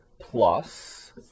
Plus